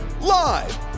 Live